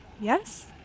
Yes